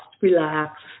relax